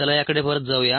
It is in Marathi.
चला याकडे परत जाऊया